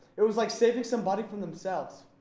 it was like saving somebody from themselves.